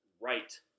right